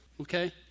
okay